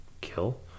kill